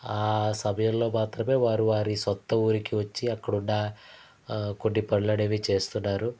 ఆ సమయం లో మాత్రమే వారు వారి సొంత ఊరికి వచ్చి అక్కడ ఉన్న కొన్ని పనులు అనేవి చేస్తున్నారు